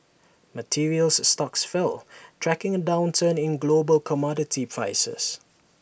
materials stocks fell tracking A downturn in global commodity prices